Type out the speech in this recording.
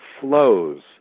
flows